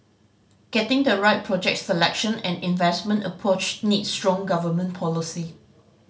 getting the right project selection and investment approach needs strong government policy